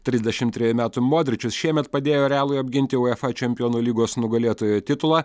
trisdešimt trejų metų modričius šiemet padėjo realui apginti uefa čempionų lygos nugalėtojo titulą